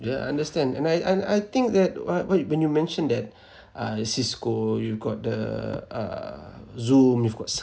yeah understand and I I I think that what what you when you mentioned that uh cisco you've got the uh zoom you've got